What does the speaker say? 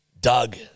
Doug